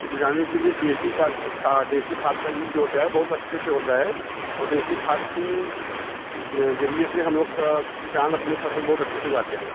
उपजाने के लिए देसी देसी खाद का यूज जो होता है बहुत अच्छे से होता है और देसी खाद के ज़रिए से हम लोग का किसान अपनी फ़सल बहुत अच्छे से उगाते हैं